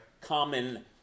Common